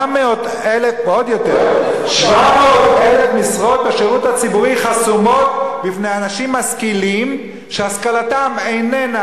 700,000 משרות בשירות הציבורי חסומות בפני אנשים משכילים שהשכלתם איננה